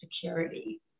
security